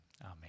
Amen